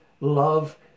love